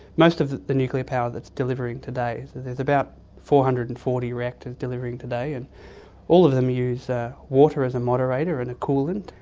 most of the the nuclear power that's delivering today. so there's about four hundred and forty reactors delivering today and all of them use ah water as a moderator and a coolant,